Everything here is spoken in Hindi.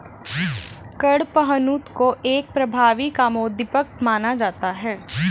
कडपहनुत को एक प्रभावी कामोद्दीपक माना जाता है